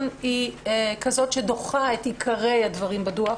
היא כזאת שדוחה את עיקרי הדברים בדוח.